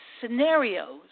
scenarios